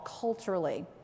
culturally